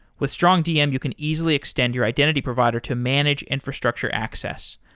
with strongdm, yeah you can easily extend your identity provider to manage infrastructure access.